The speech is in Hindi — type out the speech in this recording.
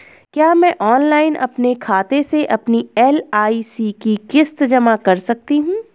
क्या मैं ऑनलाइन अपने खाते से अपनी एल.आई.सी की किश्त जमा कर सकती हूँ?